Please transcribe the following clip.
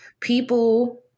people